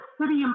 city